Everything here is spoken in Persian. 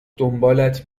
دنبالت